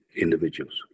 individuals